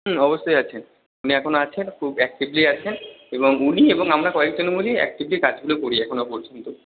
হুম অবশ্যই আছে উনি এখনও আছেন খুব অ্যাক্টিভলি আছেন এবং উনি এবং আমরা কয়েকজন মিলেই অ্যাক্টিভলি কাজগুলো করি এখনও পর্যন্ত